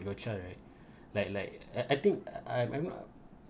your child right like like I I think I I'm not